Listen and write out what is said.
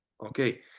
okay